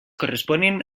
corresponen